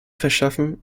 verschaffen